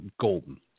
golden